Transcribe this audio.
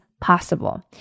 possible